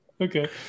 Okay